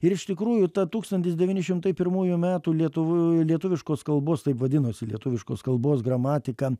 ir iš tikrųjų ta tūkstantis devyni šimtai pirmųjų metų lietuv lietuviškos kalbos taip vadinosi lietuviškos kalbos gramatika